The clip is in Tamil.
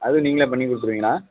அதுவும் நீங்களே பண்ணி கொடுத்துருவீங்ளா